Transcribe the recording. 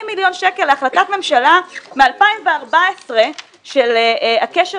20 מיליון שקל להחלטת ממשלה מ-2014 של הקשר